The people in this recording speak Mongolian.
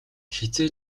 хэзээ